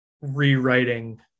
rewriting